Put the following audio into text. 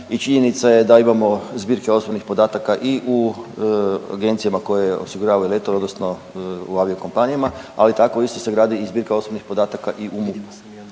činjenica je da imamo zbirke osobnih podataka i u agencijama koje osiguravaju letove odnosno u aviokompanijama, ali tako isto se gradi i zbirka osobnih podataka i u MUP-u.